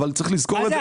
כלומר,